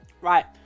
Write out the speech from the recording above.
Right